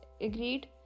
agreed